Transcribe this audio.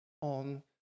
on